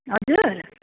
हजुर